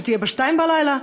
שתהיה בשתיים בלילה?